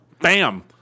Bam